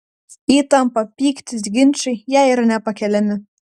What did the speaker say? įtampa pyktis ginčai jai yra nepakeliami